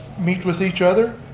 meet with each other.